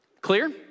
Clear